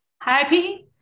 happy